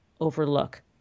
overlook